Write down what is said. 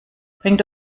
bring